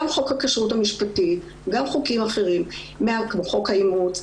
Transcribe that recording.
גם חוק הכרות המשפטית וגם חוקים אחרים כמו חוק האימוץ,